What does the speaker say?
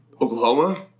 Oklahoma